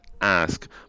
ask